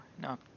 no